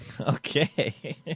Okay